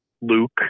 luke